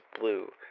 blue